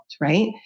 right